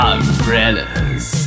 Umbrellas